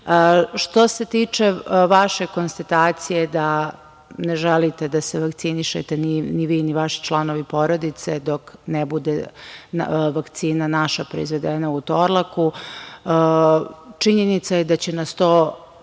se tiče vaše konstatacije da ne želite da se vakcinišete ni vi, ni vaši članovi porodice dok ne bude naša vakcina proizvedena u „Torlaku“, činjenica je da će nas to